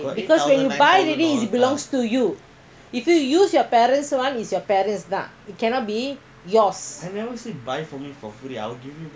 because when you buy already it belongs to you if you use your parents one is your parents car it cannot be yours